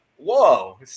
Whoa